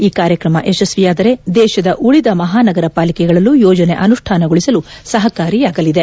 ಈ ಕಾರ್ಯಕ್ರಮ ಯಶಸ್ತಿಯಾದರೆ ದೇಶದ ಉಳದ ಮಹಾನಗರ ಪಾಲಿಕೆಗಳಲ್ಲೂ ಯೋಜನೆ ಅನುಷ್ಠಾನಗೊಳಿಸಲು ಸಹಕಾರಿಯಾಗಲಿದೆ